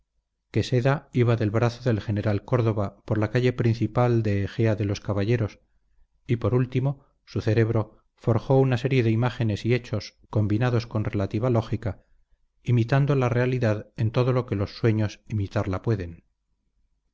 que seda iba del brazo del general córdoba por la calle principal de ejea de los caballeros y por último su cerebro forjó una serie de imágenes y hechos combinados con relativa lógica imitando la realidad en todo lo que los sueños imitarla pueden